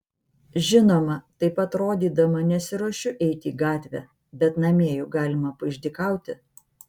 žinoma taip atrodydama nesiruošiu eiti į gatvę bet namie juk galima paišdykauti